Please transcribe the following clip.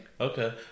Okay